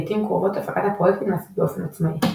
לעיתים קרובות הפקת הפרויקטים נעשית באופן עצמאי.